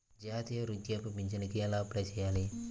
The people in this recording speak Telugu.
జాతీయ వృద్ధాప్య పింఛనుకి ఎలా అప్లై చేయాలి?